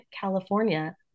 california